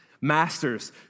masters